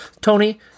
Tony